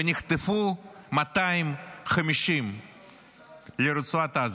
ונחטפו 250 לרצועת עזה,